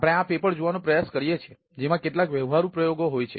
આપણે આ પેપર જોવાનો પ્રયાસ કરીએ છીએ જેમાં કેટલાક વ્યવહારુ પ્રયોગો હોય છે